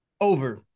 over